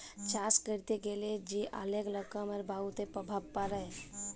চাষ ক্যরতে গ্যালা যে অলেক রকমের বায়ুতে প্রভাব পরে